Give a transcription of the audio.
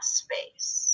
space